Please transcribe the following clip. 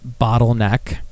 bottleneck